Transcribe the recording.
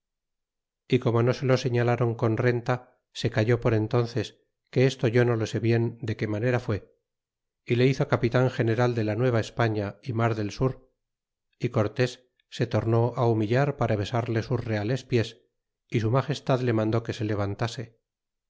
y como no se lo seitalron con renta se calló por entónces que esto yo no lo sé bien de qué manera fué y le hizo capitan general de la nueva españa y mar del sur y cortés se torné humillar para besarle sus reales pies y su magestad le mandó que se levantase